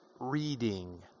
reading